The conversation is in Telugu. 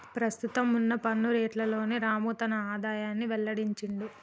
ప్రస్తుతం వున్న పన్ను రేట్లలోనే రాము తన ఆదాయాన్ని వెల్లడించిండు